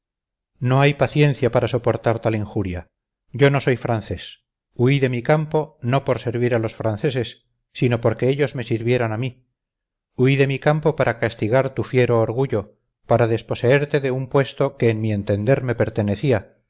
no hay paciencia para soportar tal injuria yo no soy francés huí de mi campo no por servir a los franceses sino porque ellos me sirvieran a mí huí de mi campo para castigar tu fiero orgullo para desposeerte de un puesto que en mi entender me pertenecía